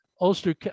Ulster